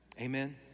Amen